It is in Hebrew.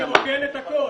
החוק מרוקן הכול.